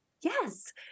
Yes